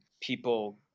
people